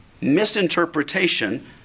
misinterpretation